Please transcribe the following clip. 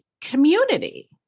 community